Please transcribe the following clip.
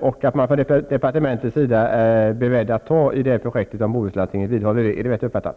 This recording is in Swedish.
och att man från departementets sida är beredd att hjälpa till med det projekt som Bohuslandstinget håller i? Är det rätt uppfattat?